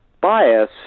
bias